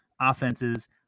offenses